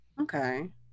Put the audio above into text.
Okay